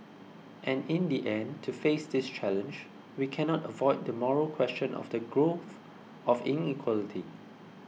and in the end to face this challenge we cannot avoid the moral question of the growth of inequality